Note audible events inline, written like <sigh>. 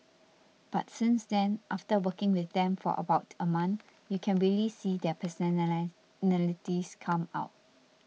but since then after working with them for about a month you can really see their person <unintelligible> come out